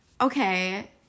Okay